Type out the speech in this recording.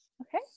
Okay